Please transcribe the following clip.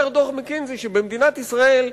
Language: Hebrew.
אומר דוח "מקינזי" שבמדינת ישראל,